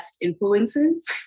influences